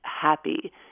happy